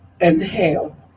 Inhale